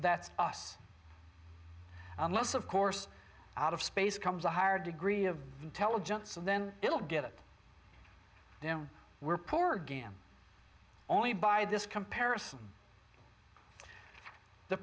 that's us unless of course out of space comes a higher degree of intelligence and then it'll get them we're poor again only by this comparison the